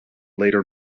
later